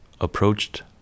approached